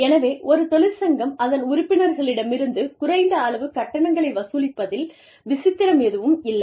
எனவே ஒரு தொழிற்சங்கம் அதன் உறுப்பினர்களிடமிருந்து குறைந்த அளவு கட்டணங்களை வசூலிப்பதில் விசித்திரம் எதுவும் இல்லை